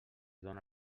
dóna